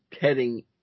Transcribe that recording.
heading